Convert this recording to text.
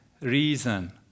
reason